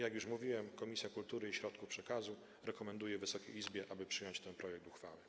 Jak już mówiłem, Komisja Kultury i Środków Przekazu rekomenduje Wysokiej Izbie przyjęcie tego projektu uchwały.